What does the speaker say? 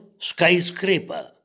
skyscraper